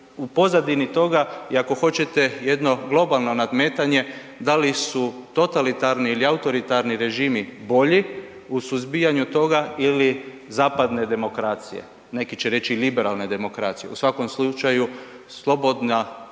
u pozadini toga i ako hoćete, jedno globalno nadmetanje, da li su totalitarni ili autoritarni režimi bolji u suzbijanju toga ili zapadne demokracije, neki će reći liberalne demokracije. U svakom slučaju, slobodna politička